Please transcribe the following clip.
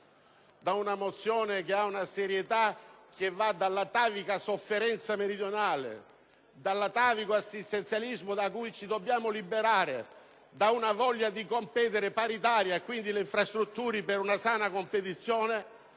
per una mozione che ha una serietà, che muove dall'ancestrale sofferenza meridionale e dall'atavico assistenzialismo da cui ci dobbiamo liberare, ad una voglia di competere paritaria e alla necessità di infrastrutture per una sana competizione.